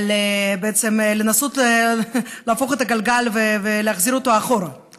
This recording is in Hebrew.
על בעצם לנסות להפוך את הגלגל ולהחזיר אותו אחורה,